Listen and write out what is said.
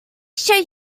show